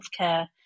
healthcare